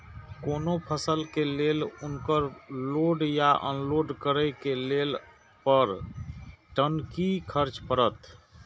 कोनो फसल के लेल उनकर लोड या अनलोड करे के लेल पर टन कि खर्च परत?